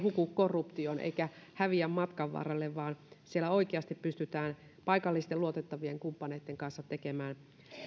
huku korruptioon eikä häviä matkan varrelle vaan siellä oikeasti pystytään paikallisten luotettavien kumppaneitten kanssa tekemään